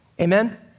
Amen